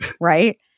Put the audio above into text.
right